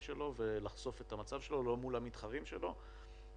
שלו ולחשוף את מצבו ולא מול המתחרים שלו.